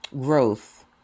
growth